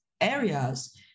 areas